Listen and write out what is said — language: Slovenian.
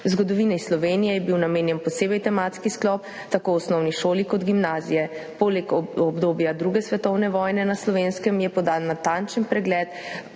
Zgodovini Slovenije je bil namenjen poseben tematski sklop tako v osnovni šoli kot gimnaziji. Poleg obdobja druge svetovne vojne na Slovenskem je podan natančen pregled